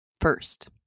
first